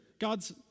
God's